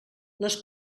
les